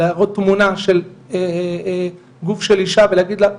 להראות תמונה של גוף של אישה ולהגיד לה,